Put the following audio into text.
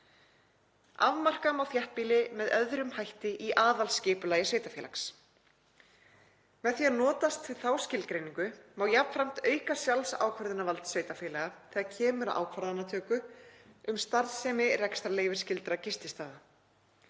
Afmarka má þéttbýli með öðrum hætti í aðalskipulagi sveitarfélags.“ Með því að notast við þá skilgreiningu má jafnframt tryggja aukið sjálfsákvörðunarvald sveitarfélaga þegar kemur að ákvörðunartöku um starfsemi rekstrarleyfisskyldra gististaða.